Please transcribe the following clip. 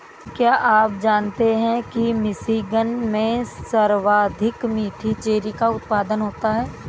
क्या आप जानते हैं कि मिशिगन में सर्वाधिक मीठी चेरी का उत्पादन होता है?